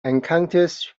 encounters